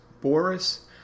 Boris